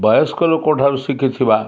ବୟସ୍କ ଲୋକଙ୍କଠାରୁ ଶିଖିଥିବା